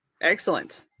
Excellent